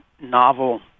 novel